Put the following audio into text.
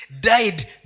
died